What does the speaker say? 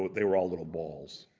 but they were all little balls.